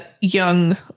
young